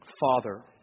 Father